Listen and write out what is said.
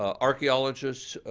um archaeologists,